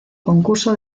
concurso